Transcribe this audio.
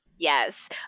Yes